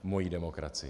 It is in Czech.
Mojí demokracii.